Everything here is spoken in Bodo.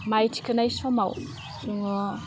माइ थिखांनाय समाव जोङो